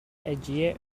эдьиийэ